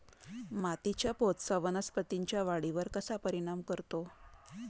मातीच्या पोतचा वनस्पतींच्या वाढीवर कसा परिणाम करतो?